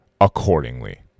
accordingly